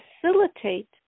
facilitate